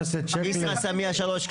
כיסרא סמיע 3,